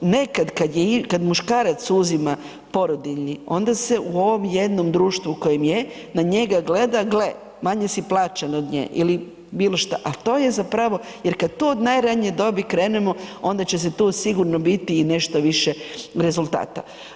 Nekad kad muškarac uzima porodiljni, onda se u ovom jednom društvu u kojem je, na njega gleda, gle manje si plaćen od nje ili bilo šta, a to je zapravo, jer kad to od najranije dobi krenemo onda će se tu sigurno biti i nešto više rezultata.